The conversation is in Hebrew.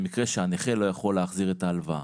במקרה שהנכה לא יכול להחזיר את ההלוואה,